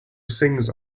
sings